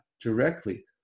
directly